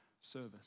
service